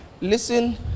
Listen